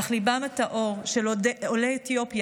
אך ליבם הטהור של עולי אתיופיה,